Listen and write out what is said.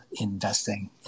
investing